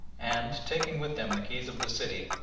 and, taking with them the keys of the city,